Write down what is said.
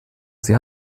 sie